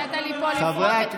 נתת לי פה לפרוק את כל התסכולים.